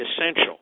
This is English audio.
essential